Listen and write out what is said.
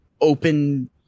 open